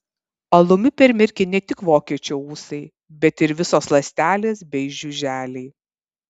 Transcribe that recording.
alumi permirkę ne tik vokiečio ūsai bet ir visos ląstelės bei žiuželiai